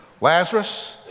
Lazarus